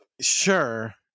sure